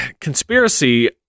conspiracy